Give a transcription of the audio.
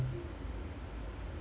oh